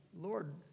Lord